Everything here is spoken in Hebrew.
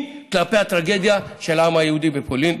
כלפי הטרגדיה של העם היהודי בפולין,